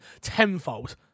tenfold